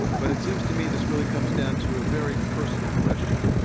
but it seems to me this really comes down to a very personal question.